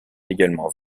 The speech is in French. également